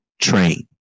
train